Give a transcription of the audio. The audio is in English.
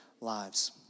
lives